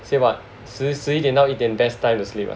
say what 十十一点到一点 best time to sleep ah